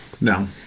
no